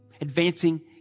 advancing